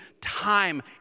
time